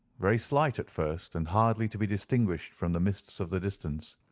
very slight at first, and hardly to be distinguished from the mists of the distance,